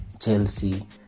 Chelsea